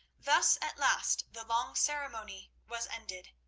thus at last the long ceremony was ended,